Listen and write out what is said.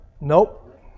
Nope